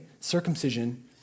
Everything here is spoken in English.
circumcision